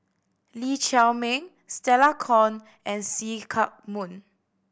Lee Chiaw Meng Stella Kon and See Chak Mun